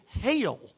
hail